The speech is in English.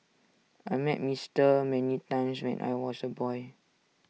I met Mister many times when I was A boy